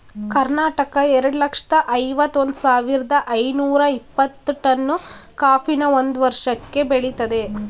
ಕರ್ನಾಟಕ ಎರಡ್ ಲಕ್ಷ್ದ ಐವತ್ ಒಂದ್ ಸಾವಿರ್ದ ಐನೂರ ಇಪ್ಪತ್ತು ಟನ್ ಕಾಫಿನ ಒಂದ್ ವರ್ಷಕ್ಕೆ ಬೆಳಿತದೆ